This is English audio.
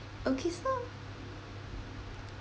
okay so